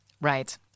Right